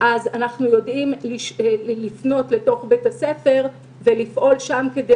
אז אנחנו יודעים לפנות לתוך בית הספר ולפעול שם כדי